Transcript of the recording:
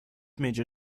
major